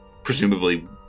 Presumably